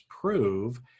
prove